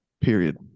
Period